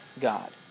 God